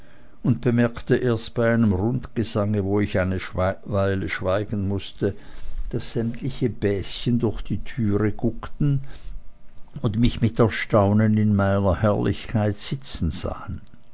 und bemerkte erst bei einem rundgesange wo ich eine weile schweigen mußte daß sämtliche bäschen durch die türe guckten und mich mit erstaunen in meiner herrlichkeit sitzen sahen